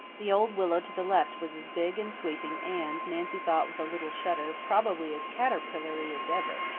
the old willow to the left was as big and sweeping and, nancy thought with a little shudder, probably as caterpillary, as ever.